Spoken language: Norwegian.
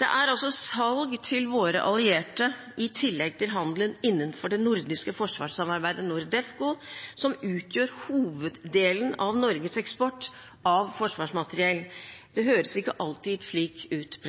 Det er altså salg til våre allierte i tillegg til handelen innenfor det nordiske forsvarssamarbeidet NORDEFCO som utgjør hoveddelen av Norges eksport av forsvarsmateriell. Det høres ikke alltid slik ut.